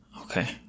okay